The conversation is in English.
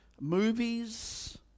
movies